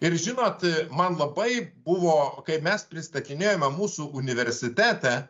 ir žinot man labai buvo kai mes pristatinėjome mūsų universitetą